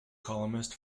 columnist